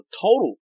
total